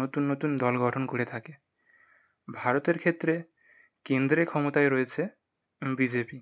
নতুন নতুন দল গঠন করে থাকে ভারতের ক্ষেত্রে কেন্দ্রে ক্ষমতায় রয়েছে বিজেপি